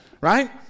right